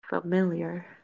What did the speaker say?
familiar